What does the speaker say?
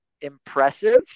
impressive